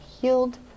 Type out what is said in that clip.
healed